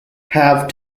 have